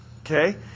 Okay